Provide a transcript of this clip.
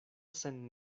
sen